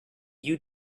you